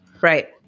right